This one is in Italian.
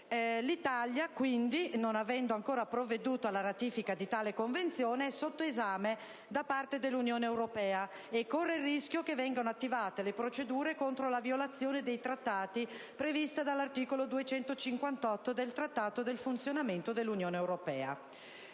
L'Italia, quindi, non avendo ancora provveduto alla ratifica di tale Convenzione è sotto esame da parte dell'Unione europea e corre il rischio che vengano attivate le procedure contro la violazione dei trattati previste dall'articolo 258 del Trattato sul funzionamento dell'Unione europea.